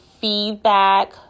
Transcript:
feedback